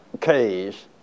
case